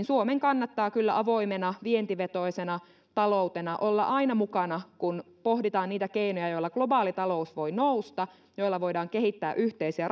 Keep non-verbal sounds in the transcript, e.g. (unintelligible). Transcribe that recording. (unintelligible) suomen kannattaa kyllä avoimena vientivetoisena taloutena olla aina mukana kun pohditaan niitä keinoja joilla globaali talous voi nousta joilla voidaan kehittää yhteisiä (unintelligible)